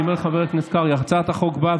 אני אומר לחבר הכנסת קרעי: הצעת החוק באה